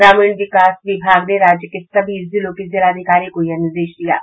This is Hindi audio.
ग्रामीण विकास विभाग ने राज्य के सभी जिले के जिलाधिकारियों को यह निर्देश दिया है